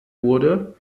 wurde